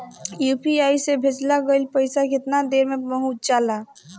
UPI से भेजल गईल पईसा कितना देर में पहुंच जाला?